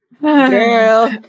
Girl